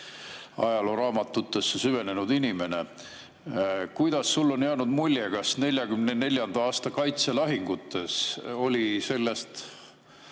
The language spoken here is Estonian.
ajalooraamatutesse süvenenud inimene, kuidas sulle on jäänud mulje, kas 1944. aasta kaitselahingutes oli sellest